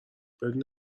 بدون